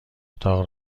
اتاق